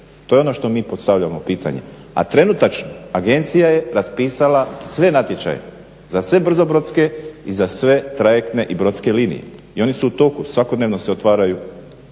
To je ono što mi postavljamo pitanje. A trenutačno agencija je raspisala sve natječaje za sve brzobrodske i za sve trajektne i brodske linije. I oni su u toku, svakodnevno se otvaraju